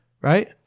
right